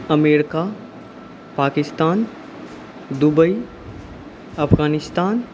America Pakistan Dubai Afghanistan